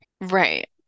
Right